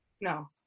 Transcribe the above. No